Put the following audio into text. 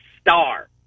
star